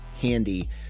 handy